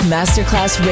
Masterclass